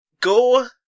Go